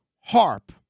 HARP